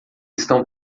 estão